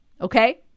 okay